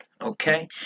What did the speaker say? okay